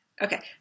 Okay